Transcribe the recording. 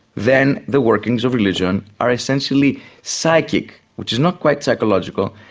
then the workings of religion are essentially psychic, which is not quite psychological,